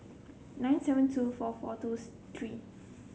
nine seven two four four two three